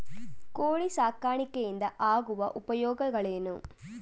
ಕೋಳಿ ಸಾಕಾಣಿಕೆಯಿಂದ ಆಗುವ ಉಪಯೋಗಗಳೇನು?